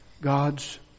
God's